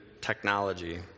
technology